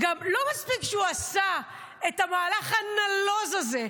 לא מספיק שהוא עשה את המהלך הנלוז הזה,